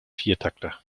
viertakter